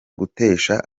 gutesha